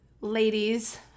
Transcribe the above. ladies